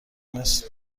مثل